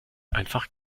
einfach